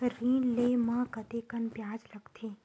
ऋण ले म कतेकन ब्याज लगथे?